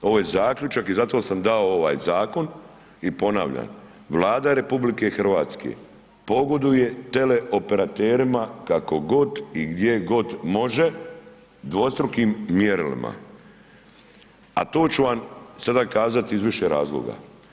Ovo je zaključak i zato sam dao ovaj zakon i ponavljam, Vlada RH pogoduje teleoperaterima kako god i gdje god može, dvostrukim mjerilima, a to ću vam sada kazati iz više razloga.